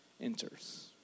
enters